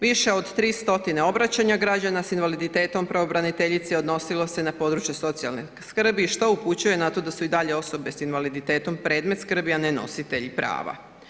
Više od 300 obraćanja građana s invaliditetom pravobraniteljici odnosilo se na područje socijalne skrbi što upućuje na to da su i dalje osobe s invaliditetom predmet skrbi, a ne nositelji prava.